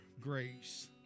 grace